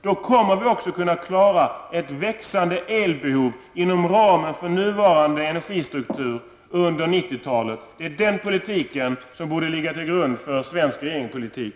Då kommer vi också att kunna klara ett växande elbehov inom ramen för nuvarande energistruktur under 90-talet. Det är den politiken som borde ligga till grund för svensk regeringspolitik.